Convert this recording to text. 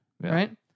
Right